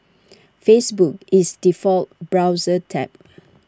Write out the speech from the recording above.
Facebook is default browser tab